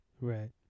Right